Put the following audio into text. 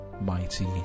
mighty